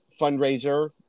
fundraiser